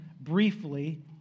briefly